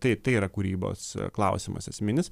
tai tai yra kūrybos klausimas esminis